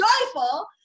joyful